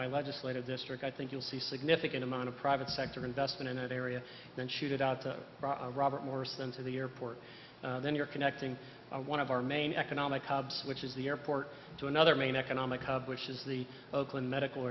my legislative district i think you'll see significant amount of private sector investment in that area then shoot it out to robert morris then to the airport then you're connecting one of our main economic obs which is the airport to another main economic hub which is the oakland medical